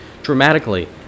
Dramatically